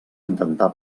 intentar